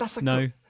No